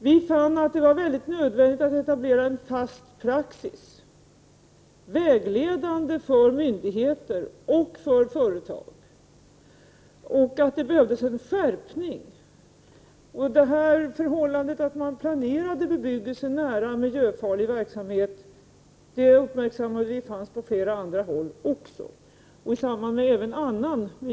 Vi fann att det var nödvändigt att etablera en fast praxis till vägledning för myndigheter och för företag och att det behövdes en skärpning. Vi uppmärksammade att man planerade bebyggelse nära olika slag av miljöfarlig verksamhet på flera håll.